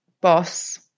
boss